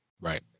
right